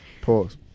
Pause